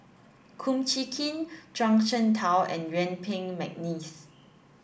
Kum Chee Kin Zhuang Shengtao and Yuen Peng McNeice